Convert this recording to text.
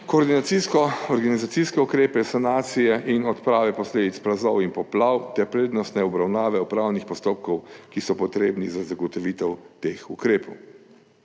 koordinacijsko organizacijske ukrepe sanacije in odprave posledic plazov in poplav ter prednostne obravnave upravnih postopkov, ki so potrebni za zagotovitev teh ukrepov.